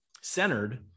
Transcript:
centered